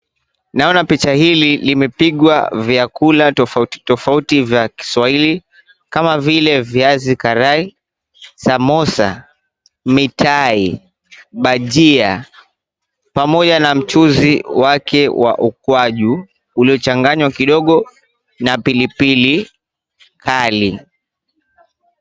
Naona picha hii imepigwa vyakula tofauti tofauti vya Kiswahili kama vile viazi karai, samosa, mitai, bhajia pamoja na mchuzi wake wa ukwaju uliyochanganywa kidogo na pilipili kali.